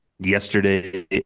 Yesterday